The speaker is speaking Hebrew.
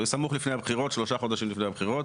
סמוך לפני הבחירות, שלושה חודשים לפני הבחירות,